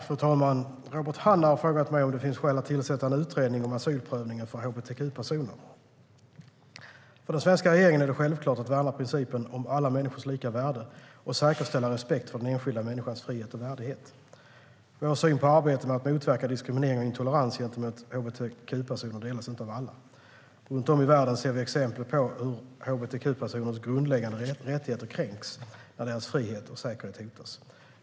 Fru talman! Robert Hannah har frågat mig om det finns skäl att tillsätta en utredning om asylprövningen för hbtq-personer. För den svenska regeringen är det självklart att värna principen om alla människors lika värde och säkerställa respekt för den enskilda människans frihet och värdighet. Vår syn på arbetet med att motverka diskriminering och intolerans gentemot hbtq-personer delas inte av alla. Runt om i världen ser vi exempel på hur hbtq-personers grundläggande rättigheter kränks när deras frihet och säkerhet hotas.